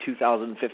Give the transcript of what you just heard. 2015